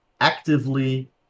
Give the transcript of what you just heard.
actively